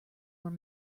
were